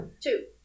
Two